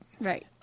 Right